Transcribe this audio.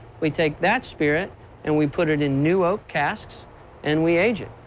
we take that spirit and we put it in new oak casts and we age it.